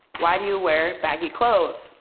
why do you wear baggy clothes?